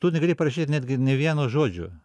tu negali prašyt netgi nė vieno žodžio